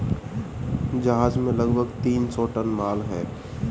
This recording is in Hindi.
जहाज में लगभग तीन सौ टन माल है